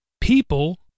people